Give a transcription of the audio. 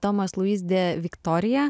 tomas luiz de viktorija